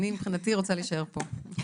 אני מבחינתי רוצה להישאר פה,